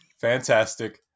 Fantastic